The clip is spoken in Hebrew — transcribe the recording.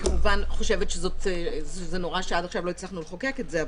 אני כמובן חושבת שזה נורא שעד עכשיו לא הצלחנו לחוק את זה.